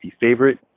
favorite